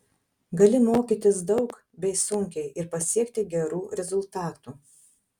gali mokytis daug bei sunkiai ir pasiekti gerų rezultatų